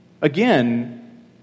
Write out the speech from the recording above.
again